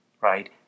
right